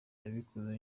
yabikoze